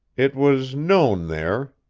it was known there,